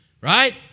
Right